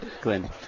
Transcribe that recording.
Glenn